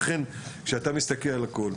לכן כשאתה מסתכל על הכול,